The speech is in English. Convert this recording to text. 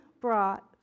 brought